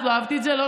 אז לא אהבתי את זה.